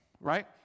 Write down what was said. right